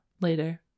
Later